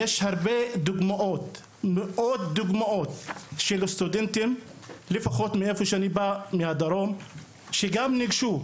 יש מאות דוגמאות של סטודנטים מהדרום שניגשו